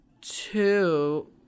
two